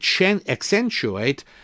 accentuate